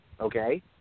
Okay